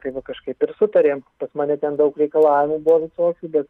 kai va kažkaip ir sutarėm pas mane ten daug reikalavimų buvo visokių bet